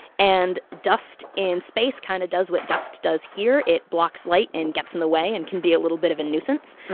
and dust in space kind of does what dust does here. it blocks light and gets in the way and can be a little bit of a nuisance,